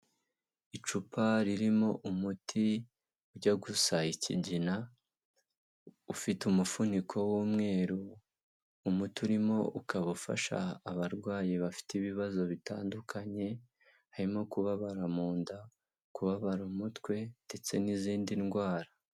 Icupa ririmo umuti ujya gusa ikigina ufite umufuniko w'umweru, umuti urimo ukaba ufasha abarwayi bafite ibibazo bitandukanye, harimo kubabara mu nda, kubabara umutwe ndetse n'izindi ndwara.